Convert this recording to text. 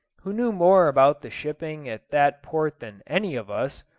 who knew more about the shipping at that port than any of us,